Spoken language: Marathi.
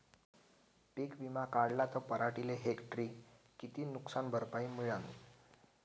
पीक विमा काढला त पराटीले हेक्टरी किती नुकसान भरपाई मिळीनं?